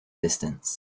distance